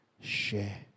share